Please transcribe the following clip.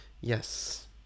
Yes